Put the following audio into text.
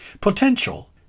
Potential